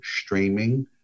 streaming